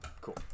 cool